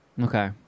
Okay